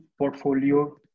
portfolio